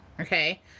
Okay